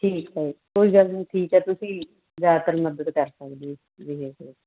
ਠੀਕ ਹੈ ਕੋਈ ਗੱਲ ਨਹੀਂ ਠੀਕ ਹੈ ਤੁਸੀਂ ਜ਼ਿਆਦਾਤਰ ਮਦਦ ਕਰ ਸਕਦੇ ਹੋ ਉਹਦੇ ਵਿੱਚ